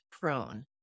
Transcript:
prone